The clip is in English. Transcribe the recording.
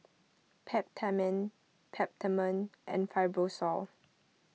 Peptamen Peptamen and Fibrosol